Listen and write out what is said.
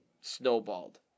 snowballed